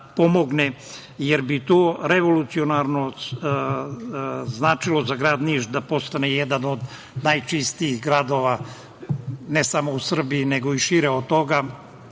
to bilo od revolucionarnog značaja za grad Niš, da postane jedan od najčistijih gradova ne samo u Srbiji nego i šire od toga,